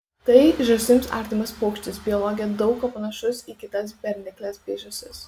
tai žąsims artimas paukštis biologija daug kuo panašus į kitas bernikles bei žąsis